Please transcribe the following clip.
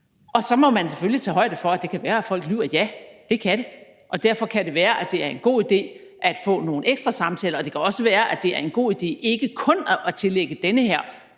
Så må man selvfølgelig tage højde for, at det kan være, at folk lyver. Ja, det kan det, og derfor kan det være, at det er en god idé at få nogle ekstra samtaler. Det kan også være, at det er en god idé ikke kun at tillægge den her